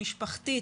משפחתית,